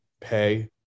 pay